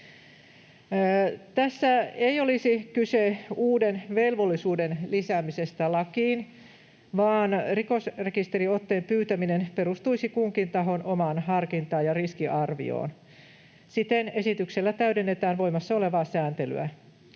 Tässä ei olisi kyse uuden velvollisuuden lisäämisestä lakiin, vaan rikosrekisteriotteen pyytäminen perustuisi kunkin tahon omaan harkintaan ja riskiarvioon. Siten esityksellä täydennetään voimassa olevaa sääntelyä.